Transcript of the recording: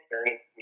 experience